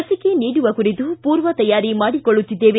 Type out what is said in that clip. ಲಸಿಕೆ ನೀಡುವ ಕುರಿತು ಪೂರ್ವ ತಯಾರಿ ಮಾಡಿಕೊಳ್ಳುತ್ತಿದ್ದೇವೆ